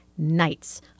nights